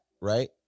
right